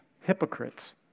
hypocrites